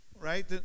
Right